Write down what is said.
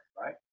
right